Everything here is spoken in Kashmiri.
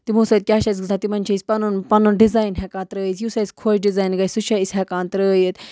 تِمو سۭتۍ کیٛاہ چھِ اَسہِ گژھان تِمَن چھِ أسۍ پَنُن پَنُن ڈِزایِن ہٮ۪کان ترٲیِتھ یُس اَسہِ اَسہِ خۄش ڈِزایِن گژھِ سُہ چھِ أسۍ ہٮ۪کان ترٛٲیِتھ